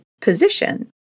position